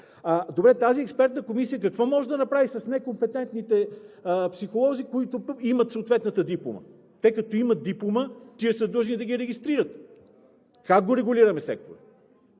добре. Тази експертна комисия какво може да направи с некомпетентните психолози, които пък имат съответната диплома? Те като имат диплома, тези са длъжни да ги регистрират. Как регулираме сектора?